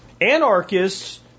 Anarchists